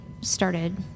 started